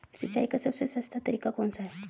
सिंचाई का सबसे सस्ता तरीका कौन सा है?